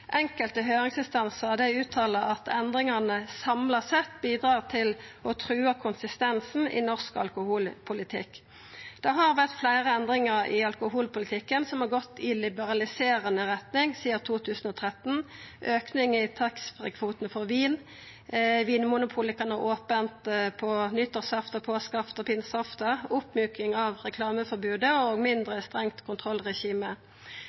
Enkelte høyringsinstansar uttala at endringane samla sett bidrar til å trua konsistensen i norsk alkoholpolitikk. Det har vore fleire endringar i alkoholpolitikken som har gått i liberaliserande retning sidan 2013: ein auke i taxfree-kvota for vin, Vinmonopolet kan ha ope på nyttårsaftan, påskeaftan og pinseaftan, ei oppmjuking av reklameforbodet og eit mindre strengt kontrollregime. Ingen av vedtaka som Stortinget fatta i